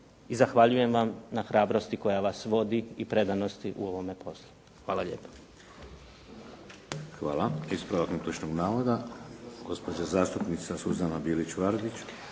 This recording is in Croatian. i zahvaljujem vam na hrabrosti koja vas vodi i predanosti u ovome poslu. Hvala lijepa.